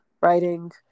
writing